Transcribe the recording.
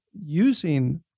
using